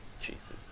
Jesus